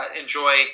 enjoy